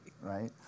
right